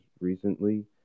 recently